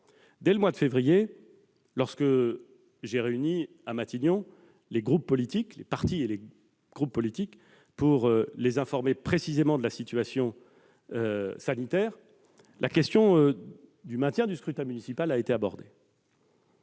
Dès le mois de février, lorsque j'ai réuni à Matignon les partis et les groupes politiques pour les informer précisément de la situation sanitaire, la question du maintien du scrutin municipal a été abordée.